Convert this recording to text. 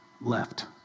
left